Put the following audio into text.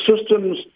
systems